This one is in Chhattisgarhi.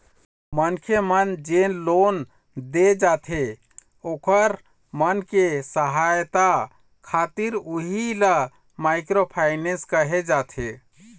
मनखे मन जेन लोन दे जाथे ओखर मन के सहायता खातिर उही ल माइक्रो फायनेंस कहे जाथे